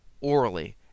orally